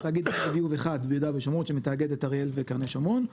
יש תאגיד אחד ביהודה ושומרון שמאגד את אריאל וקרני שומרון,